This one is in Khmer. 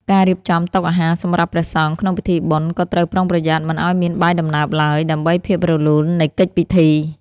ការរៀបចំតុអាហារសម្រាប់ព្រះសង្ឃក្នុងពិធីបុណ្យក៏ត្រូវប្រុងប្រយ័ត្នមិនឱ្យមានបាយដំណើបឡើយ ដើម្បីភាពរលូននៃកិច្ចពិធី។